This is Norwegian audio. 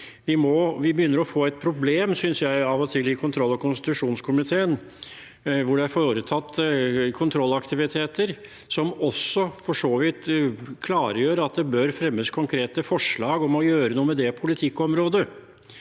begynner å få et problem i kontroll- og konstitusjonskomiteen, når det er foretatt kontrollaktiviteter som også for så vidt klargjør at det bør fremmes konkrete forslag om å gjøre noe med det politikkområdet.